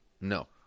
No